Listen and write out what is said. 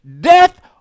Death